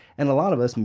and a lot of us, and